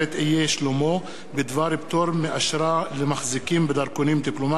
שלמה בדבר פטור מאשרה למחזיקים בדרכונים דיפלומטיים,